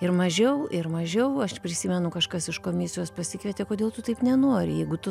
ir mažiau ir mažiau aš prisimenu kažkas iš komisijos pasikvietė kodėl tu taip nenori jeigu tu